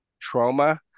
Trauma